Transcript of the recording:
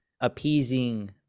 appeasing